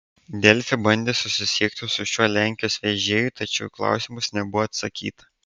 delfi bandė susisiekti su šiuo lenkijos vežėju tačiau į klausimus nebuvo atsakyta